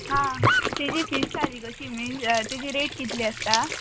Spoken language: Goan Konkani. आं तेजी फीश थाली कशी मिन्स तेजी रेट कितली आसता